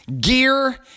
gear